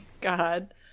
god